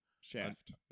Shaft